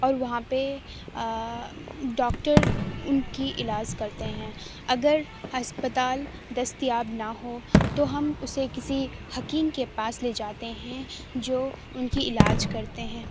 اور وہاں پہ ڈاکٹر ان کی علاج کرتے ہیں اگر ہسپتال دستیاب نہ ہو تو ہم اسے کسی حکیم کے پاس لے جاتے ہیں جو ان کی علاج کرتے ہیں